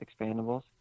expandables